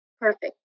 Perfect